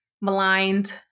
maligned